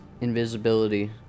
invisibility